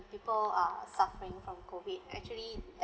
people are suffering from COVID actually